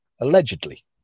allegedly